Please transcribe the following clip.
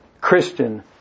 Christian